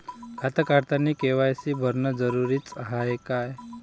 खातं काढतानी के.वाय.सी भरनं जरुरीच हाय का?